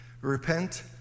Repent